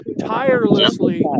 tirelessly